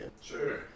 Sure